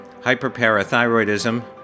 hyperparathyroidism